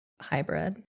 hybrid